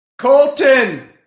Colton